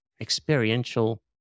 experiential